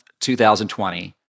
2020